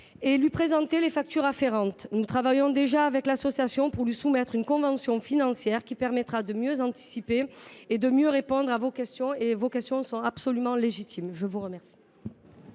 et lui présenter les factures afférentes. Nous travaillons déjà avec elle, afin de lui soumettre une convention financière qui permettra de mieux anticiper et de mieux répondre à vos questions, lesquelles sont absolument légitimes. La parole